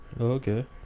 okay